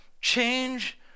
change